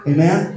Amen